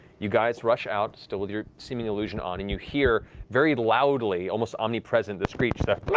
you guys rush out, still with your seeming illusion on, and you hear, very loudly, almost omnipresent, the screech, the